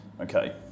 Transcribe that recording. Okay